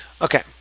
Okay